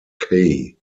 kaye